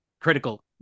critical